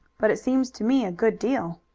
but it seems to me a good deal.